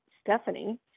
Stephanie